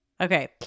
Okay